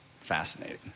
fascinating